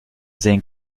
sehen